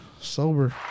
Sober